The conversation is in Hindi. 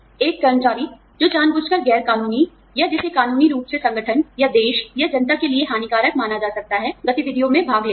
एक कर्मचारी जो जानबूझकर गैर कानूनी या जिसे कानूनी रूप से संगठन या देश या जनता के लिए हानिकारक माना जा सकता है गतिविधियों में भाग लेता है